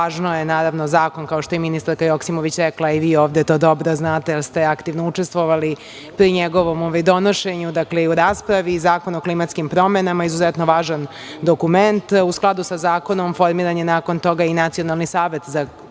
Važan je i zakon, kao što je ministarka Joksimović rekla, i vi ovde to dobro znate jer ste aktivno učestovali pri njegovom donošenju i u raspravi, Zakon o klimatskim promenama i nama je izuzetno važan dokument. U skladu sa zakonom formiran je nakon toga i Nacionalni savet za klimatske